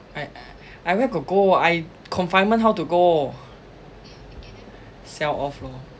I I I where got go I confinement how to go sell off lor